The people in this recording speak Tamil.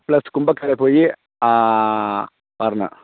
ப்ளஸ் கும்பக்கரை போய் வரணும்